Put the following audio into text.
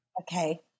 Okay